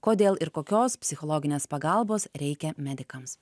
kodėl ir kokios psichologinės pagalbos reikia medikams